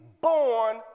born